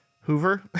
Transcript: Hoover